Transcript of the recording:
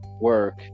work